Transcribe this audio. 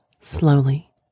slowly